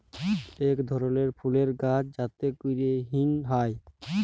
ইক ধরলের ফুলের গাহাচ যাতে ক্যরে হিং হ্যয়